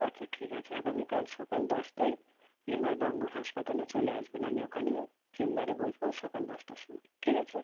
আচ্ছা ঠিক আছে আগামীকাল সকাল দশটায় এম আর বাঙ্গুর হাসপাতালে চলে আসবেন আমি ওখানেই চেম্বারে বসবো সকাল দশটার সময় ঠিক আছে